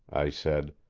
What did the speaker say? i said.